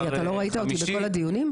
סליחה, אתה לא ראית אותי בכל הדיונים?